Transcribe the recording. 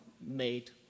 made